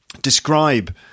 describe